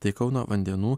tai kauno vandenų